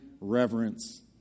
reverence